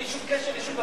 בלי שום קשר לשום דבר,